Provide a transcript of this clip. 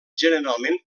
generalment